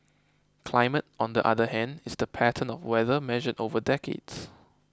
climate on the other hand is the pattern of weather measured over decades